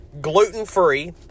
gluten-free